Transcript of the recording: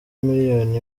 miliyoni